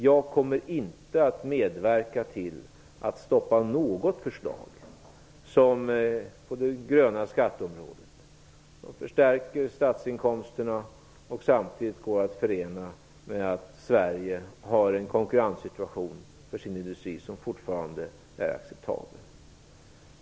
Jag kommer inte att medverka till att stoppa något förslag på det gröna skatteområdet som förstärker statsinkomsterna och samtidigt går att förena med att Sverige har en konkurrenssituation för sin industri som fortfarande är acceptabel.